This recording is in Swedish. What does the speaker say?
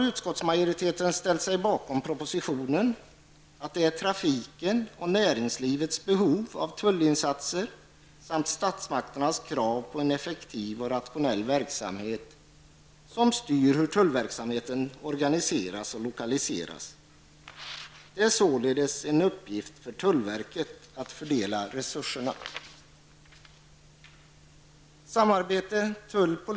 Utskottsmajoriteten har ställt sig bakom propositionens utgångspunkt att det är trafiken och näringslivets behov av tullinsatser samt statsmakternas krav på en effektiv och rationell verksamhet som skall styra hur tullverksamheten organiseras och lokaliseras. Det är således en uppgift för tullverket att fördela resurserna.